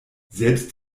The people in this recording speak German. selbst